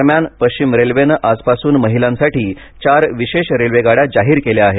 दरम्यान पश्चिम रेल्वेनं आजपासून महिलांसाठी चार विशेष रेल्वे गाड्या जाहीर केल्या आहेत